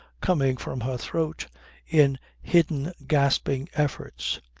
coming from her throat in hidden gasping efforts.